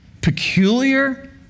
peculiar